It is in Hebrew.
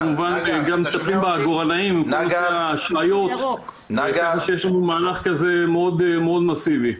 -- כמובן גם --- בעגורנאים --- ויש לנו מהלך כזה מאוד מאסיבי.